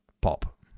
pop